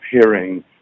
hearing